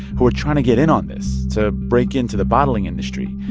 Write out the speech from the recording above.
who are trying to get in on this, to break into the bottling industry.